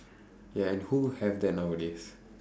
yeah and who have that nowadays